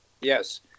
yes